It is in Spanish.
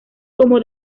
como